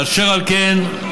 אשר על כן,